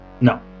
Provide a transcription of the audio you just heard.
No